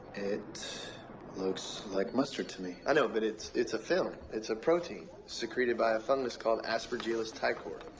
it looks like mustard to me. i know, but it's it's a film. it's a protein. so isecreted by a fungus called aspergillus ticor.